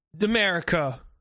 America